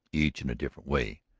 each in a different way.